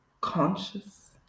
conscious